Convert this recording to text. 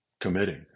committing